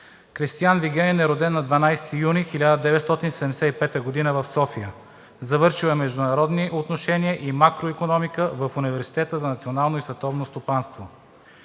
Кристиан Вигенин е роден на 12 юни 1975 г. в град София. Завършил е „Международни отношения“ и „Макроикономика“ в Университета за национално и световно стопанство.